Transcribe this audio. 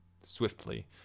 swiftly